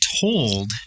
told –